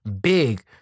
big